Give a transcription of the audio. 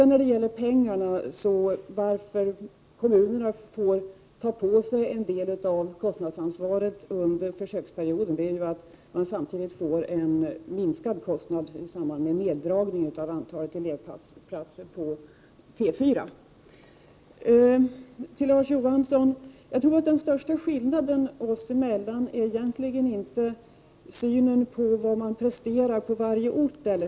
När det gäller pengarna vill jag säga, att det förhållandet att kommunerna får ta på sig en del av kostnadsansvaret under försöksperioden beror på att man samtidigt får en minskad kostnad i samband med neddragningen av antalet elevplatser på den tekniska linjens fjärde år. Den största skillnaden mellan mig och Larz Johansson är egentligen inte synen på vad man presterar på varje ort.